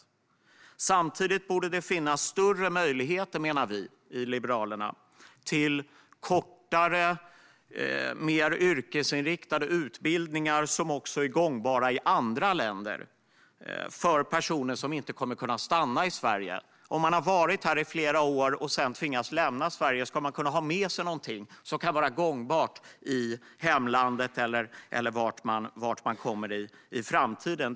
Vi liberaler menar att det samtidigt borde finnas större möjligheter till kortare och mer yrkesinriktade utbildningar som också är gångbara i andra länder för personer som inte kommer att kunna stanna i Sverige. Om man har varit här i flera år och sedan tvingas lämna Sverige ska man kunna ha med sig någonting som kan vara gångbart i hemlandet eller där man kommer att vara i framtiden.